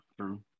true